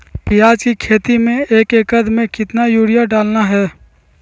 प्याज की खेती में एक एकद में कितना किलोग्राम यूरिया डालना है?